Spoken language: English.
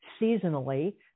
seasonally